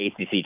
ACC